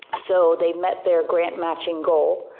so, they met their grant matching goal.